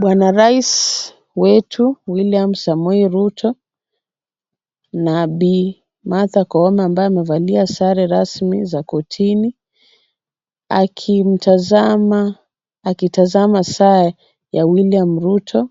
Bwana rais wetu William Samoei Ruto na Bi. Martha Koome ambaye amevalia sare rasmi za kotini akitazama saa ya William Ruto